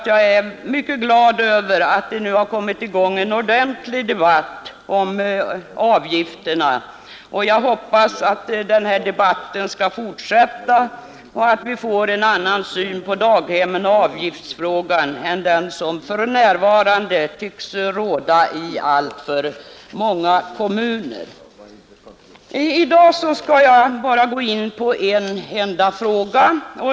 Jag är mycket glad över att det nu kommit i gång en ordentlig debatt om avgifterna, och jag hoppas att den debatten skall fortsätta och att vi får en annan syn på daghemmen och på avgiftsfrågan än den som för närvarande tycks råda i alltför många kommuner. I dag skall jag bara gå in på en enda fråga.